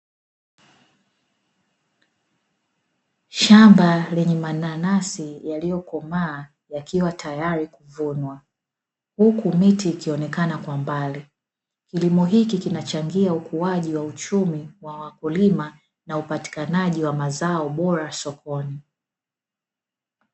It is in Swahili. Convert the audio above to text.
Shamba lenye mananasi yalikomaa yakisubiriwa kuvunwa huku miti ikionekana kwa mbali, kilimo hiki kinasaidia ukuaji wa wakulima na upatikanaji wa mazao bora shambani